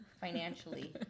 Financially